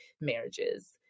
marriages